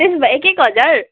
त्यसो भए एक एक हजार